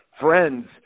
friends